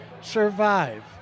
survive